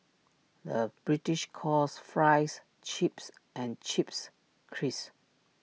the British calls Fries Chips and Chips Crisps